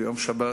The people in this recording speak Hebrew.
ביום שבת